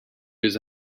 his